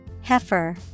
heifer